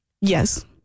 Yes